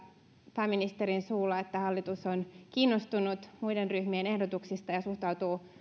pääministerin suusta että hallitus on kiinnostunut muiden ryhmien ehdotuksista ja suhtautuu